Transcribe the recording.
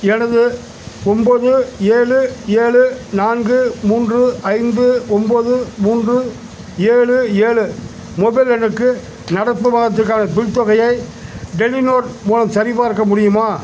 எனது ஒம்பது ஏழு ஏழு நான்கு மூன்று ஐந்து ஒம்பது மூன்று ஏழு ஏழு மொபைல் எண்ணுக்கு நடப்பு மாதத்திற்கான பில் தொகையை டெலிநோர் மூலம் சரிபார்க்க முடியுமா